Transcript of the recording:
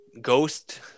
ghost